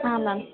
ಹಾಂ ಮ್ಯಾಮ್